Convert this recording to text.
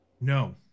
No